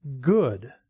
good